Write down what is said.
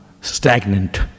stagnant